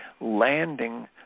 landing